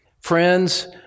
friends